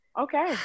okay